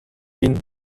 bin